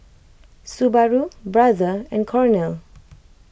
Subaru Brother and Cornell